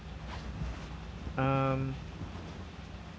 um